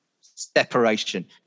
separation